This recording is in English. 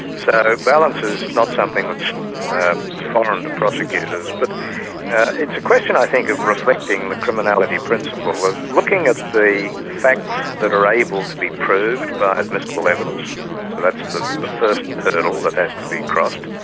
so, balance is not something that's foreign to prosecutors, but it's a question, i think, of reflecting the criminality principle of looking at the facts that are able to be proved by admissible evidence, so but that's the the first hurdle that has to be crossed,